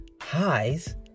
highs